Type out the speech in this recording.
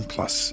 Plus